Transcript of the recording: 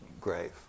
grave